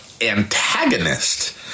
antagonist